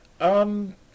Um